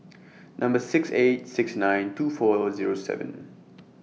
Number six eight six nine two four Zero seven